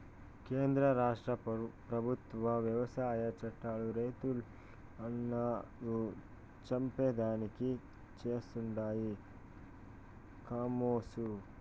కేంద్ర రాష్ట్ర పెబుత్వాలు వ్యవసాయ చట్టాలు రైతన్నలను చంపేదానికి చేస్తండాయి కామోసు